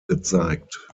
gezeigt